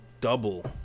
double